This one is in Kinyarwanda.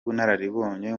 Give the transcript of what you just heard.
ubunararibonye